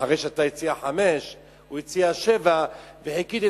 אחרי שאתה הצעת 5,000 שקלים הוא הציע 7,000 שקלים,